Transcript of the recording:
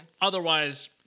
otherwise